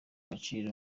agaciro